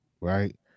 right